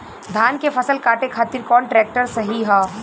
धान के फसल काटे खातिर कौन ट्रैक्टर सही ह?